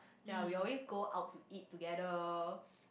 ya we always go out to eat together